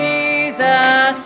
Jesus